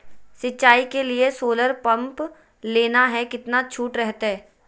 सिंचाई के लिए सोलर पंप लेना है कितना छुट रहतैय?